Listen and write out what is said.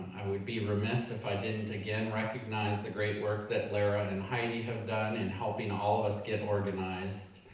i would be remiss if i didn't again recognize the great work that lara and heidi have done in helping all of us get organized.